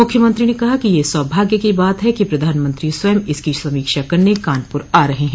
मुख्यमंत्री ने कहा कि यह सौभाग्य की बात है कि प्रधानमंत्री स्वयं इसकी समीक्षा करने कानपुर आ रहे हैं